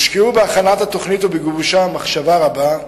בהכנת התוכנית ובגיבושה הושקעה מחשבה רבה,